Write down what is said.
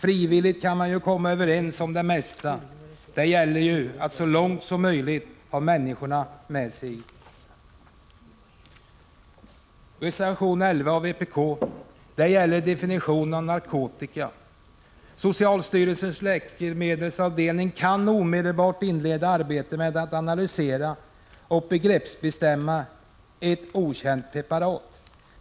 Frivilligt kan man ju komma överens om det mesta. Det gäller att så långt som möjligt ha människorna med sig. Reservation 11 av vpk gäller definitionen av narkotika. Socialstyrelsens läkemedelsavdelning kan omedelbart inleda arbetet med att analysera och begreppsbestämma ett okänt preparat.